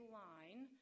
line